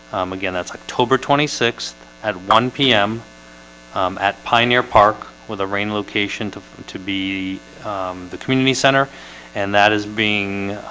again. that's october twenty sixth at one p m at pioneer park with a rain location to to be the community center and that is being